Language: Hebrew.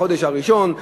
החודש הראשון,